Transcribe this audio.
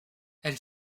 elle